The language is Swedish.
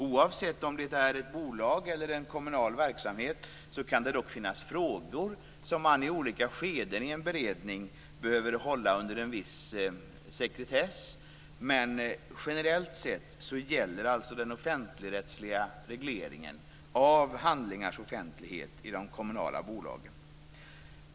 Oavsett om det är ett bolag eller en kommunal verksamhet kan det dock finnas frågor som man i olika skeden i en beredning behöver hålla under viss sekretess, men generellt sett gäller alltså den offentligrättsliga regleringen av handlingars offentlighet i de kommunala bolagen.